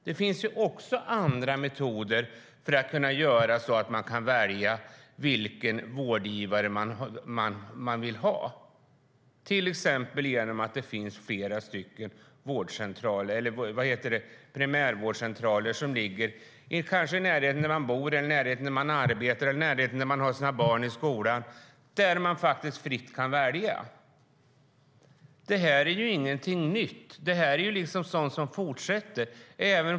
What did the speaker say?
Det finns andra metoder för att kunna välja vilken vårdgivare man vill ha. Det kan till exempel vara att det finns flera primärvårdscentraler som ligger i närheten av där man bor, där man arbetar eller där man har sina barn i skolan och där man fritt kan välja. Det här är ingenting nytt. Det här är sådant som fortsätter.